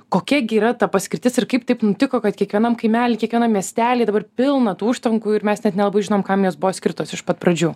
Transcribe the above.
kokia gi yra ta paskirtis ir kaip taip nutiko kad kiekvienam kaimely kiekvienam miestelyje dabar pilna tų užtvankų ir mes net nelabai žinom kam jos buvo skirtos iš pat pradžių